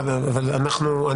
לא, רק במקרה של החזקה.